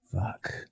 Fuck